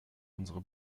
unsere